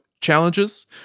challenges